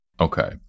Okay